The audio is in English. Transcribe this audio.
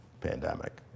pandemic